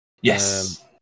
Yes